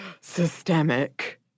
systemic